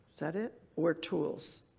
that it? or tools?